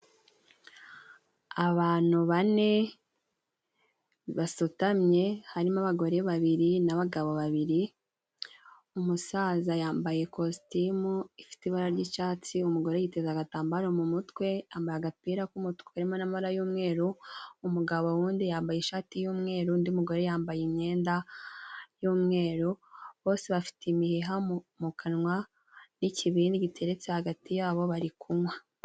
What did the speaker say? Abanu bane basutamye harimo :abagore babiri n'abagabo babiri ,umusaza yambaye ikositimu ifite ibara ry'icatsi, umugore yiteza agatambara mu mutwe yambaye agapira k'umutuku n'amabara y'umweru ,umugabo wundi yambaye ishati y'umweru undi mugore yambaye imyenda y'umweru, bose bafite imiheha mu kanwa n'ikibindi giteretse hagati yabo bari kunwa.